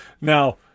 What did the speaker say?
Now